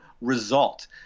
result